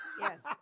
Yes